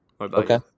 Okay